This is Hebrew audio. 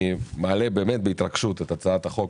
אני מעלה בהתרגשות את הצעת החוק